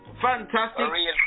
Fantastic